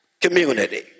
community